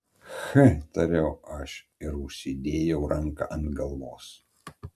ch tariau aš ir užsidėjau ranką ant galvos